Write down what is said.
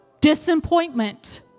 disappointment